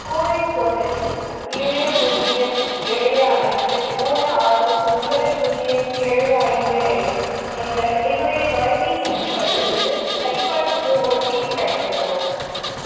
CoWIN போர்ட்டலில் ஏழு பூஜ்ஜியம் ஏழு ஐந்து மூணு ஆறு ஒன்பது பூஜ்ஜியம் ஏழு ஐந்து ரெண்டு என்ற என்னுடைய தொலைபேசி எண்ணைப் பதிவு செய்து சரிபார்ப்புக்கு ஓடிபி பயன்படுத்தவும்